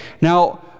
Now